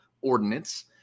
ordinance